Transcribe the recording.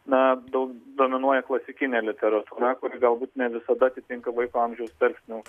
na do dominuoja klasikinė literatūra kuri galbūt ne visada atitinka vaiko amžiaus tarpsnio